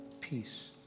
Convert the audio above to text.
peace